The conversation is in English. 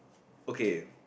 okay